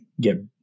get